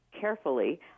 carefully